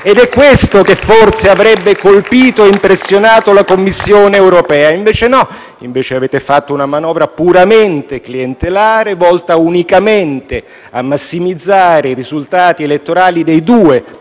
ed è questo che forse avrebbe colpito e impressionato la Commissione europea. Invece no. Invece avete fatto una manovra puramente clientelare, volta unicamente a massimizzare i risultati elettorali dei due